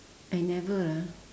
I never lah